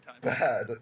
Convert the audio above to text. Bad